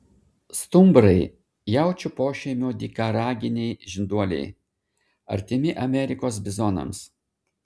stumbrai jaučių pošeimio dykaraginiai žinduoliai artimi amerikos bizonams